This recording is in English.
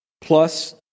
plus